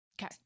Okay